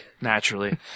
Naturally